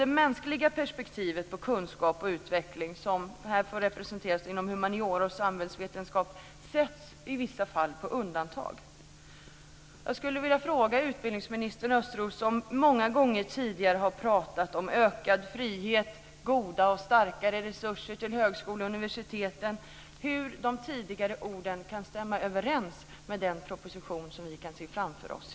Det mänskliga perspektivet på kunskap och utveckling som här får representeras inom humaniora och samhällsvetenskap sätts i vissa fall på undantag. Östros, som många gånger tidigare har pratat om ökad frihet och om goda och starkare resurser till högskolorna och universiteten, hur de tidigare orden kan stämma överens med den proposition som vi i dag kan se framför oss.